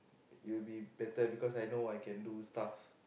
it will be better because I know I can do stuff